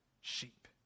sheep